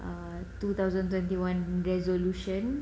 err two thousand twenty one resolution